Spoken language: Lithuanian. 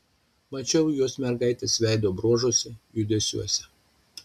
mačiau juos mergaitės veido bruožuose judesiuose